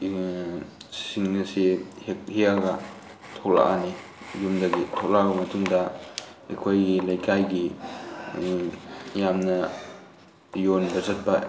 ꯁꯤꯡ ꯑꯁꯤ ꯍꯦꯛꯑꯒ ꯊꯣꯂꯛꯑꯅꯤ ꯌꯨꯝꯗꯒꯤ ꯊꯣꯂꯛꯑꯕ ꯃꯇꯨꯡꯗ ꯑꯩꯈꯣꯏꯒꯤ ꯂꯩꯀꯥꯏꯒꯤ ꯌꯥꯝꯅ ꯌꯣꯟꯕ ꯆꯠꯄ